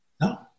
No